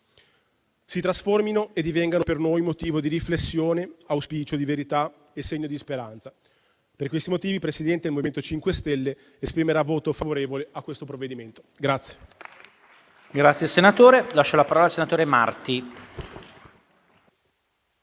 si trasformino e divengano per noi motivo di riflessione, auspicio di verità e segno di speranza. Per questi motivi, signor Presidente, il MoVimento 5 Stelle esprimerà voto favorevole a questo provvedimento.